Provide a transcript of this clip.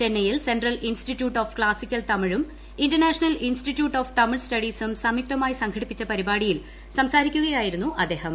ചെന്നൈയിൽ central institute of classical തമിഴും international institute of Tamil സ്റ്റഡീസും സംയുക്തമായി സംഘടിപ്പിച്ച പരിപാടിയിൽ സംസാരിക്കുകയായിരുന്നു അദ്ദേഹം